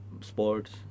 Sports